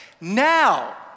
Now